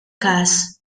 każ